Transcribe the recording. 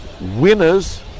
winners